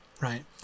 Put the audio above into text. right